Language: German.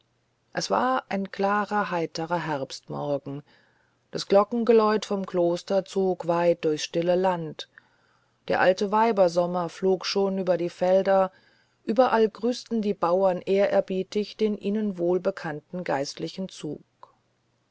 es war ein klarer heiterer herbstmorgen das glockengeläute vom kloster zog weit durchs stille land der alteweibersommer flog schon über die felder überall grüßten die bauern ehrerbietig den ihnen wohlbekannten geistlichen zug